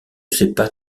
sait